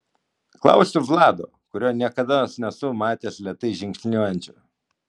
klausiu vlado kurio niekados nesu matęs lėtai žingsniuojančio